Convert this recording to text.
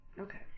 okay